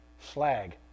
slag